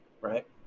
right